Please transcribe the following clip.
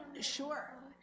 Sure